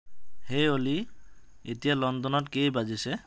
হেই Ollie এতিয়া লণ্ডনত কেই বাজিছে